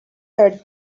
were